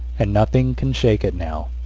and nothing can shake it now.